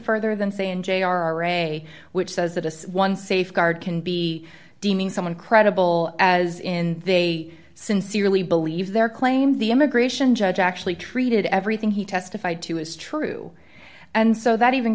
further than say in jr re which says that as one safeguard can be deeming someone credible as in they sincerely believe their claim the immigration judge actually treated everything he testified to is true and so that even